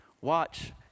watch